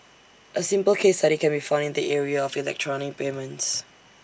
A simple case study can be found in the area of electronic payments